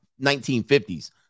1950s